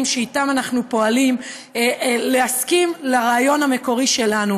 שאיתם אנחנו פועלים להסכים לרעיון המקורי שלנו,